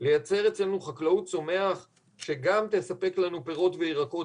לייצר אצלנו חקלאות צומח שגם תספק לנו פירות וירקות